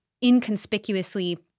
inconspicuously